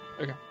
Okay